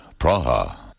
Praha